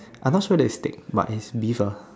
I'm not sure whether it's steak but it's beef ah